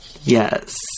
Yes